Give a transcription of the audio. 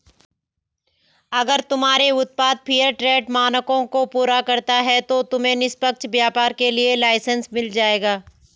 अगर तुम्हारे उत्पाद फेयरट्रेड मानकों को पूरा करता है तो तुम्हें निष्पक्ष व्यापार के लिए लाइसेन्स मिल जाएगा